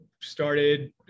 Started